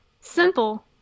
Simple